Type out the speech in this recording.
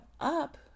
up